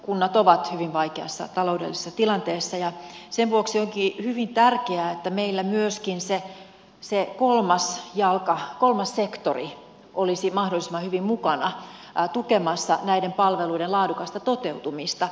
kunnat ovat hyvin vaikeassa taloudellisessa tilanteessa ja sen vuoksi onkin hyvin tärkeää että meillä myöskin se kolmas jalka kolmas sektori olisi mahdollisimman hyvin mukana tukemassa näiden palveluiden laadukasta toteutumista